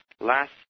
last